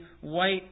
white